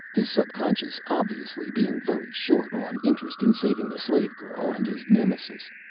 his subconscious obviously being very short on interest in saving the slave girl and his nemesis,